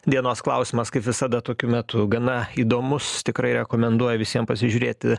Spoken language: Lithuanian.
dienos klausimas kaip visada tokiu metu gana įdomus tikrai rekomenduoju visiem pasižiūrėti